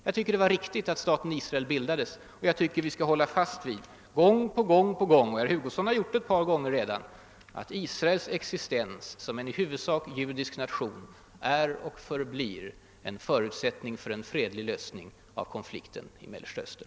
Jag tycker det var riktigt att staten Israel bildades, och jag tycker att vi skall hålla fast vid — och herr: Hugosson har redan gjort det ett: par:-gånger -— att Is raels existens som en i huvudsak judisk nation är och förblir en förutsättning för en fredlig lösning av 'konflikten i Mellersta Östern.